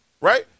right